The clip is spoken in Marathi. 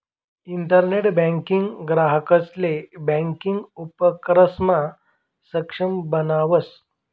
इंटरनेट बँकिंग ग्राहकंसले ब्यांकिंग उपक्रमसमा सक्षम बनावस